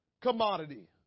commodity